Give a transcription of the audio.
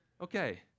okay